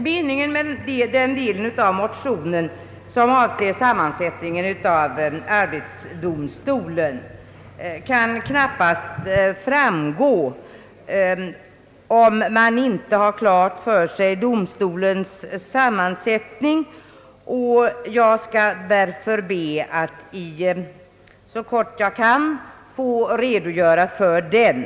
Meningen med den del av motionen som avser sammansättningen av arbetsdomstolen kan knappast framgå, om man inte har klart för sig domsto lens nuvarande sammansättning, och jag skall därför be att så kort jag kan få redogöra för den.